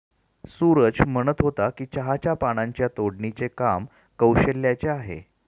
सूरज म्हणत होता की चहाच्या पानांची तोडणीचे काम कौशल्याचे आहे